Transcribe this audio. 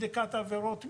בדיקת עבירות מין,